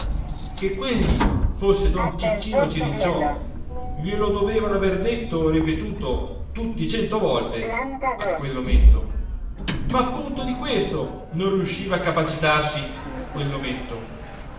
che quegli fosse don ciccino cirinciò glielo dovevano aver detto e ripetuto tutti cento volte a quellometto ma appunto di questo non riusciva a capacitarsi